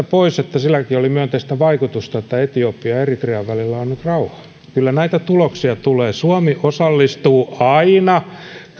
pois että silläkin oli myönteistä vaikutusta että etiopian ja eritrean välillä on nyt rauha kyllä näitä tuloksia tulee suomi osallistuu aina